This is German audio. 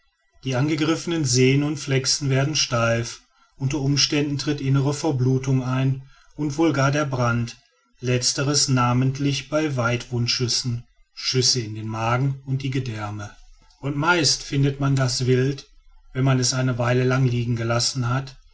die angegriffenen sehnen und flechsen werden steif unter umständen tritt innere verblutung ein und wohl gar der brand letzteres namentlich bei weidwundschüssen schüsse in den magen und die gedärme und meistens findet man das wild wenn man es eine weile liegen gelassen hat